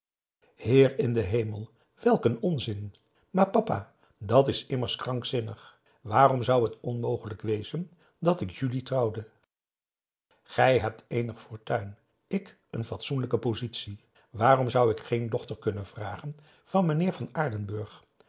heer in den hemel welk een onzin maar papa dat is immers krankzinnig waarom zou het onmogelijk wezen dat ik julie trouwde gij hebt eenig fortuin ik een fatsoenlijke positie waarom zou ik geen dochter kunnen vragen van meneer van aardenburg